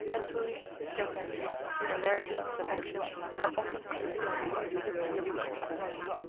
and tuli his general and their names and actions are often conspicuous in the history of his conquests.